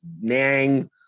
Nang